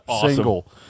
single